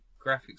graphics